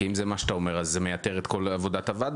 כי אם זה מה שאתה אומר אז זה מייתר את כל עבודת הוועדה.